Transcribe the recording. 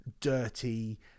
dirty